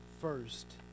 first